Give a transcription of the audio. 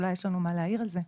אולי יש לנו מה להעיר על זה.